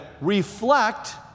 reflect